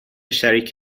شریک